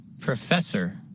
Professor